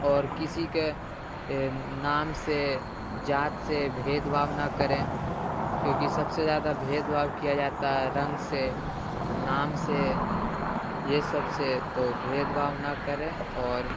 اور کسی کے نام سے جات سے بھید بھاؤ نہ کریں کیونکہ سب سے زیادہ بھید بھاؤ کیا جاتا ہے رنگ سے نام سے یہ سب سے تو بھید بھاؤ نہ کریں اور